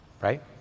Right